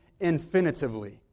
infinitively